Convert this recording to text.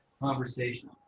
conversation